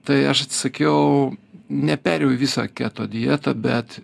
tai aš atsisakiau neperėjau į visą keto dietą bet